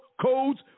codes